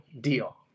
deal